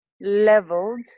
leveled